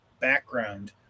background